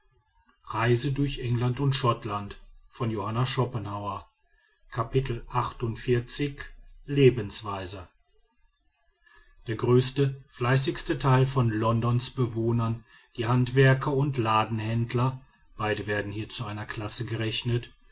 lebensweise der größte fleißigste teil von londons bewohnern die handwerker und ladenhändler beide werden hier zu einer klasse gerechnet